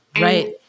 Right